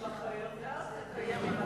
לא, אני רוצה לדעת איפה.